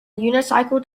unicycle